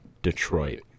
detroit